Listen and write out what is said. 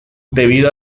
debido